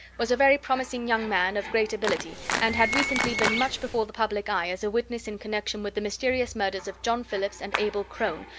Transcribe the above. was a very promising young man of great ability, and had recently been much before the public eye as a witness in connection with the mysterious murders of john phillips and abel crone,